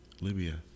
Libya